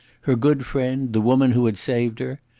her good friend, the woman who had saved her.